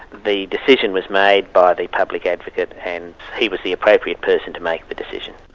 the decision was made by the public advocate and he was the appropriate person to make the decision.